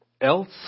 Else